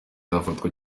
kizafatwa